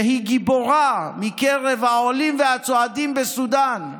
שהיא גיבורה מקרב העולים והצועדים בסודאן.